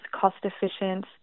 cost-efficient